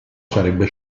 sarebbe